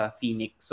Phoenix